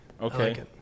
Okay